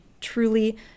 truly